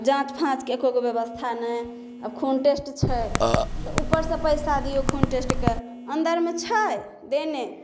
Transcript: जाँच फाँचके एगो ब्यबस्था नहि आब खून टेस्ट छै तऽ ऊपर सऽ पैसा दियौ खून टेस्टके अन्दरमे छै देने